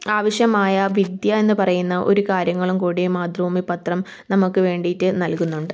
ആവശ്യമായ വിദ്യ എന്നു പറയുന്ന ഒരു കാര്യങ്ങളും കൂടിയും മാതൃഭൂമി പത്രം നമുക്ക് വേണ്ടിയിട്ട് നൽകുന്നുണ്ട്